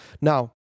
Now